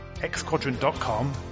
xquadrant.com